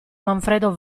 manfredo